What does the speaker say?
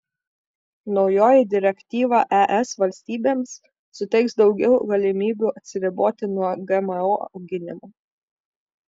naujoji direktyva es valstybėms suteiks daugiau galimybių atsiriboti nuo gmo auginimo